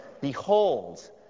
Behold